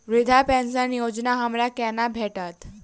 वृद्धा पेंशन योजना हमरा केना भेटत?